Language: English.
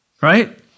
right